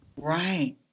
right